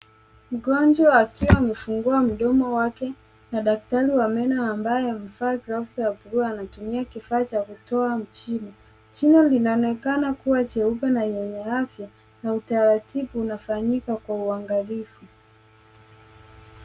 Mgonjwa akiwa amefungua mdomo wake na daktari wa meno ambaye amevaa glavu za bluu anaitumia kifaa cha kutoa jino, jino linaonekana kuwa jeupe na yenye afya na utaratibu unafanyika kwa uangalifu.